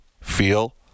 feel